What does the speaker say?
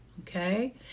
okay